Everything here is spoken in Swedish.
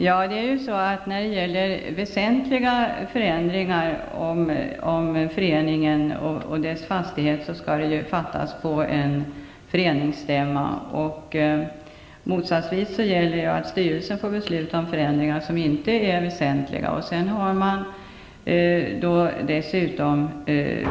Fru talman! Vid väsentliga förändringar som gäller föreningen och dess fastighet skall det beslutas om dessa på en föreningsstämma. Motsatsen gäller att styrelsen får besluta om förändringar som inte är väsentliga.